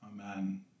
Amen